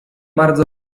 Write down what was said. bardzo